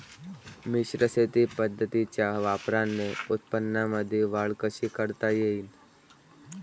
मिश्र शेती पद्धतीच्या वापराने उत्पन्नामंदी वाढ कशी करता येईन?